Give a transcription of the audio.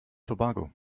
tobago